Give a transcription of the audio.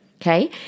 Okay